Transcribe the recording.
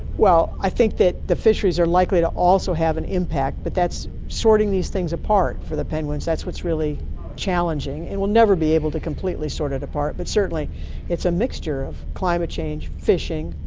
well, i think that the fisheries are likely to also have an impact, but sorting these things apart for the penguins, that's what's really challenging, and we'll never be able to completely sort it apart, but certainly it's a mixture of climate change, fishing,